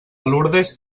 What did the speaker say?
lurdes